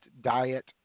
diet